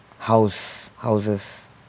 house houses